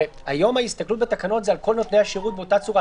הרי היום ההסתכלות בתקנות זה על כל נותני השירות באותה צורה,